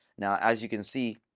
now, as you can see,